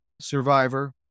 survivor